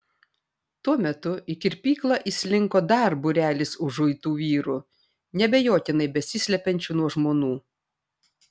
tuo metu į kirpyklą įslinko dar būrelis užuitų vyrų neabejotinai besislepiančių nuo žmonų